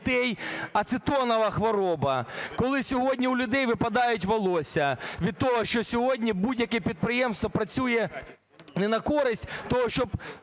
оцетонова хвороба, коли сьогодні у людей випадають волосся від того, що сьогодні будь-яке підприємство працює не на користь того, щоб